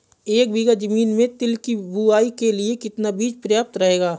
एक बीघा ज़मीन में तिल की बुआई के लिए कितना बीज प्रयाप्त रहेगा?